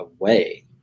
away